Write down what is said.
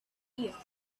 year